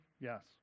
yes